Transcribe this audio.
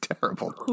terrible